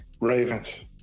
Ravens